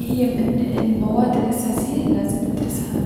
هي من المواد الأساسية الي لازم ندرسها.